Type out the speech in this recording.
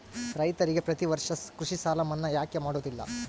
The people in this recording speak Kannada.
ರೈತರಿಗೆ ಪ್ರತಿ ವರ್ಷ ಕೃಷಿ ಸಾಲ ಮನ್ನಾ ಯಾಕೆ ಮಾಡೋದಿಲ್ಲ?